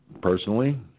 Personally